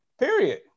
Period